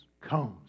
comes